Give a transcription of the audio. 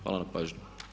Hvala na pažnji.